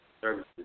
services